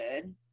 good